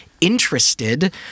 interested